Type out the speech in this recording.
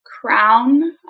Crown